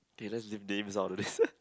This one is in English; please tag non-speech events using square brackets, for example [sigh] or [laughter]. okay let's leave Dave out of this [laughs]